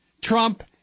Trump